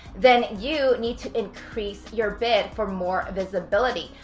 then you need to increase your bid for more visibility.